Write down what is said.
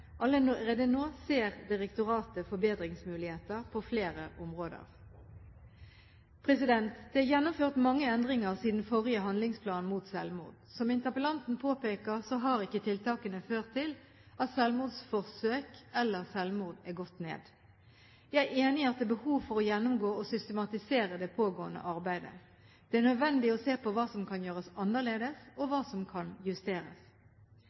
Allerede nå ser direktoratet forbedringsmuligheter på flere områder. Det er gjennomført mange endringer siden forrige handlingsplan mot selvmord. Som interpellanten påpeker, har ikke tiltakene ført til at antall selvmordsforsøk eller selvmord har gått ned. Jeg er enig i at det er behov for å gjennomgå og systematisere det pågående arbeidet. Det er nødvendig å se på hva som kan gjøres annerledes, og hva som kan justeres.